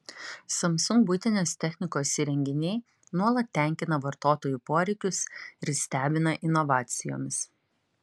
samsung buitinės technikos įrenginiai nuolat tenkina vartotojų poreikius ir stebina inovacijomis